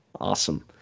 awesome